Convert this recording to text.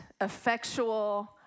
effectual